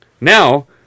Now